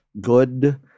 good